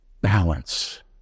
Balance